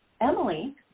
Emily